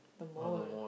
the mole